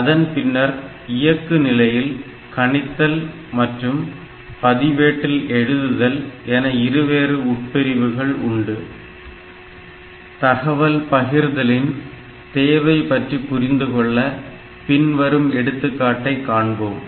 அதன் பின்னர் இயக்கு நிலையில் கணித்தல் மற்றும் பதிவேட்டில் எழுதுதல் என இரு உட்பிரிவுகள் உண்டு தகவல் பகிர்தலின் தேவை பற்றி புரிந்துகொள்ள பின்வரும் எடுத்துக்காட்டை காண்போம்